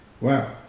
Wow